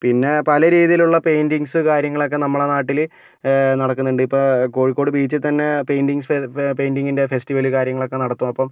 പിന്നെ പല രീതിയിലുള്ള പെയ്ന്റിങ്സ് കാര്യങ്ങളൊക്കെ നമ്മളുടെ നാട്ടിൽ നടക്കുന്നുണ്ട് ഇപ്പോൾ കോഴിക്കോട് ബീച്ചിൽ തന്നെ പെയ്ന്റിങ്സ് പെയ്ന്റിങ്ങിൻ്റെ ഫെസ്റ്റിവൽ കാര്യങ്ങളൊക്കെ നടത്തും അപ്പം